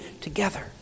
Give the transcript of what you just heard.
together